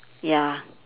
ya